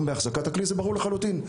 הגלום באחזקת הכלי, זה ברור לחלוטין.